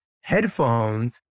headphones